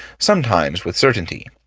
sometimes with certainty.